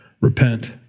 Repent